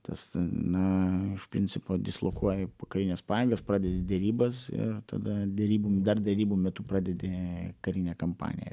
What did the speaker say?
tas na iš principo dislokuoji karines pajėgas pradėjo derybas ir tada derybų dar derybų metu pradedi karinę kampaniją